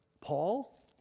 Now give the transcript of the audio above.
Paul